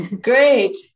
Great